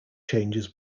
changes